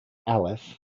aleph